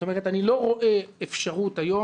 אני לא רואה אפשרות היום,